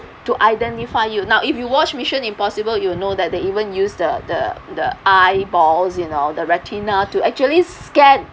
to identify you now if you watch mission impossible you will know that they even use the the the eyeballs you know the retina to actually scan